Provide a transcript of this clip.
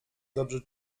dobrze